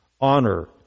honor